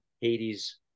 Hades